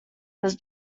was